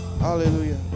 Hallelujah